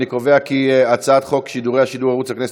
אני קובע כי הצעת חוק שידורי ערוץ הכנסת